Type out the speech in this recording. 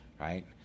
Right